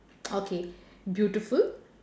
okay beautiful